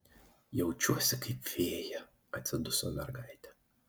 jaučiuosi kaip fėja atsiduso mergaitė